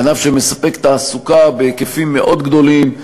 ענף שמספק תעסוקה בהיקפים מאוד גדולים,